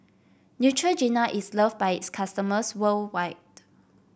Neutrogena is loved by its customers worldwide